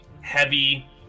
heavy